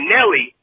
Nelly